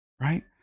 Right